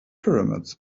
pyramids